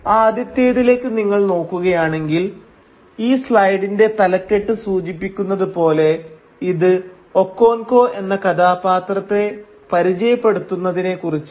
ആദ്യത്തേതിലേക്ക് നിങ്ങൾ നോക്കുകയാണെങ്കിൽ ഈ സ്ലൈഡിന്റെ തലകെട്ട് സൂചിപ്പിക്കുന്നതുപോലെ ഇത് ഒക്കോൻകോ എന്ന കഥാപാത്രത്തെ പരിചയപ്പെടുത്തുന്നതിനെക്കുറിച്ചാണ്